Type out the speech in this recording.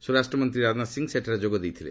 ସ୍ୱରାଷ୍ଟ୍ରମନ୍ତ୍ରୀ ରାଜନାଥ ସିଂ ସେଠାରେ ଯୋଗ ଦେଇଥିଲେ